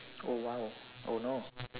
oh !wow! oh no